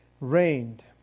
reigned